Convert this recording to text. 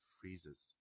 freezes